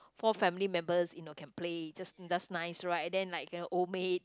four family members you know can play just just nice right and then like the Old-Maid